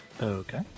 Okay